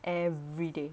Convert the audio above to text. everyday